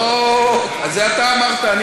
זה אתה אמרת.